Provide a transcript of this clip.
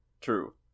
true